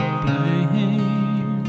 blame